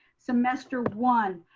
semester one.